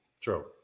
True